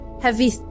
Heavy